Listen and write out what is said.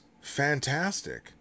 fantastic